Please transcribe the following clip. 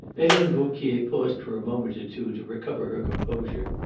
helene vauquier paused for a moment or two to recover her composure.